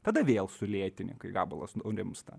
tada vėl sulėtini kai gabalas nurimsta